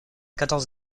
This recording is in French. quatorze